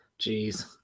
Jeez